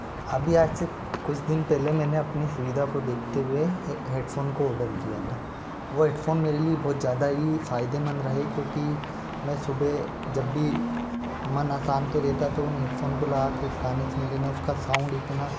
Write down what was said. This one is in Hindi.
अभी आज से कुछ दिन पहले मैंने अपनी सुविधा को देखते हुए एक हेडफ़ोन को ओडर किया था वो हेडफ़ोन मेरे लिए बहुत ज़्यादा ही फ़ायदेमंद रहा क्योंकि मैं सुबह जब भी मन अशांत रेहता तो उस हेडफ़ोन को लगा के गाने सुन लेना उसका साउंड इतना